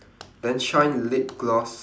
then shine lip gloss